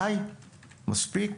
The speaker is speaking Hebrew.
די, מספיק.